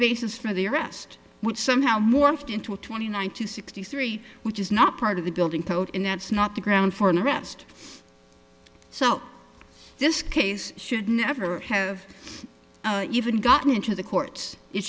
basis for the arrest which somehow morphed into a twenty nine to sixty three which is not part of the building code and that's not the ground for an arrest so this case should never have even gotten into the courts it